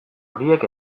horiek